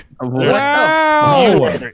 Wow